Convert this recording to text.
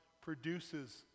produces